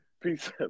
Peace